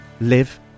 live